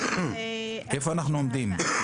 איפה אנחנו עומדים?